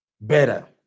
better